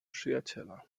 przyjaciela